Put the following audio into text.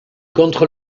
contre